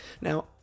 Now